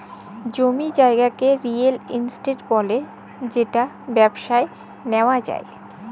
জমি জায়গাকে real estate ব্যলে যেট ব্যবসায় লিয়া যায়